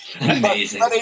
amazing